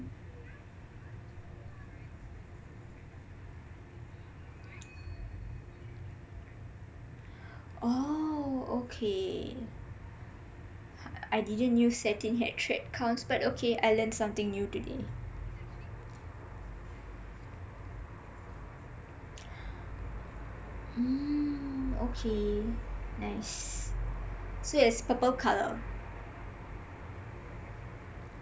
oh okay I didn't knew set in had but okay I learned something new today mm okay nice so is purple colour